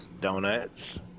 Donuts